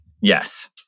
Yes